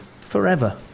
forever